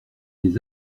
des